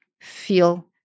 feel